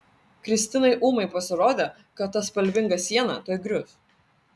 kristinai ūmai pasirodė kad ta spalvinga siena tuoj grius